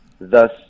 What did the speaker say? thus